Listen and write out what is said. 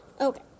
okay